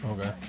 Okay